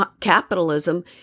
Capitalism